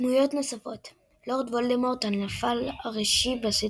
דמויות נוספות לורד וולדמורט – הנבל הראשי בסדרה.